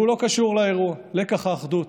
הוא לא קשור לאירוע: לקח האחדות.